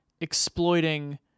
exploiting